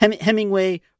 Hemingway